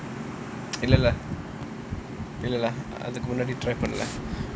இல்ல இல்ல அதுக்கு முன்னாடி:illa illa athuku munnaadi try பண்ணல:pannala